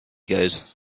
goes